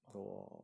ah